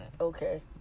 Okay